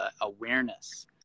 awareness